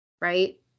Right